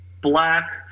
Black